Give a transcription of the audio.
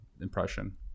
impression